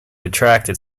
attracted